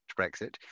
Brexit